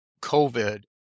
COVID